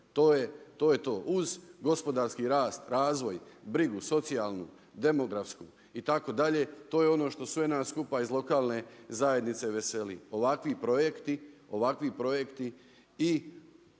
to je to, uz gospodarski rast, razvoj, brigu socijalnu, demografsku itd., to je ono što sve nas skupa iz lokalne zajednice veseli. Ovakvi projekti,